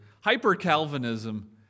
hyper-Calvinism